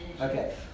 Okay